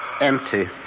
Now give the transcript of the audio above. Empty